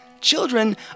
Children